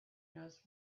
nose